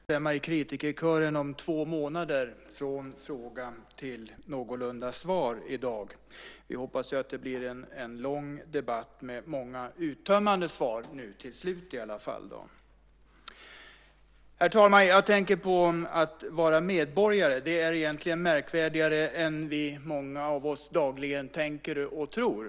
Herr talman! Även jag vill börja med att instämma i kritikerkören om två månader från fråga till ett någorlunda svar i dag. Vi hoppas att det blir en lång debatt med många uttömmande svar nu till slut. Herr talman! Jag tänker på att detta att vara medborgare egentligen är märkvärdigare än många av oss dagligen tänker och tror.